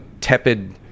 tepid